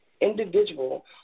individual